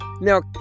Now